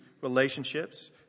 relationships